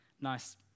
nice